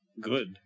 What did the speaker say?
good